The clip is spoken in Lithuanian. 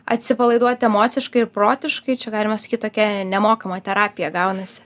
atsipalaiduoti emociškai ir protiškai čia galima sakyt tokia nemokama terapija gaunasi